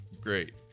great